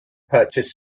purchase